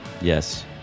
Yes